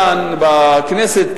כאן בכנסת,